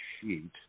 sheet